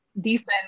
decent